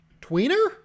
Tweener